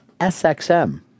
SXM